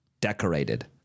decorated